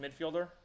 midfielder